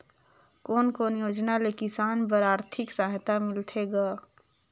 कोन कोन योजना ले किसान बर आरथिक सहायता मिलथे ग?